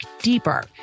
deeper